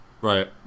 Right